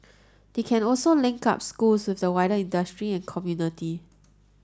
they can also link up schools with the wider industry and community